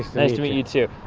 nice to meet you too.